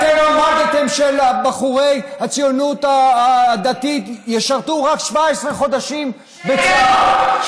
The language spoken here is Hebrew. אתם עמדתם שבחורי הציונות הדתית ישרתו רק 17 חודשים בצה"ל,